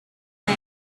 man